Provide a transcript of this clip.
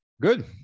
Good